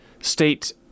state